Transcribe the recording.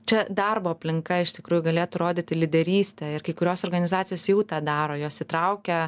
čia darbo aplinka iš tikrųjų galėtų rodyti lyderystę ir kai kurios organizacijos jau tą daro jos įtraukia